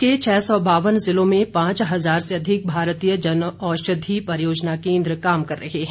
देश के छह सौ बावन जिलों में पांच हजार से अधिक भारतीय जन औषधि परियोजना कोन्द्र काम कर रहे हैं